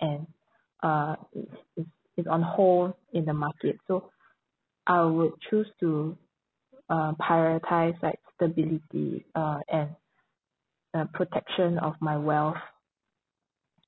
and uh it's it's it's on hold in the market so I would choose to uh prioritise like stability uh and uh protection of my wealth